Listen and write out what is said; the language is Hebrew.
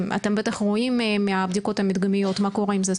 אתם בטח רואים מהבדיקות המדגמיות מה קורה עם זה.